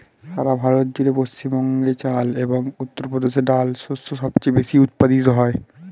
সারা ভারত জুড়ে পশ্চিমবঙ্গে চাল এবং উত্তরপ্রদেশে ডাল শস্য সবচেয়ে বেশী উৎপাদিত হয়